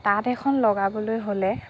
তাঁত এখন লগাবলৈ হ'লে